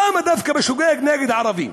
למה דווקא בשוגג, נגד ערבים,